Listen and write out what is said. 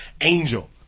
Angel